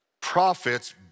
Prophets